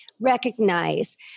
recognize